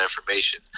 information